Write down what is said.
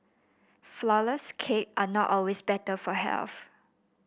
flourless cake are not always better for health